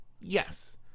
Yes